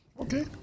Okay